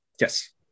Yes